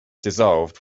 dissolved